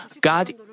God